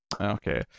Okay